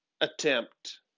attempt